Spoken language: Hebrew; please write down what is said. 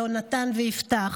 יהונתן ויפתח.